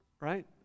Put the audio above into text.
Right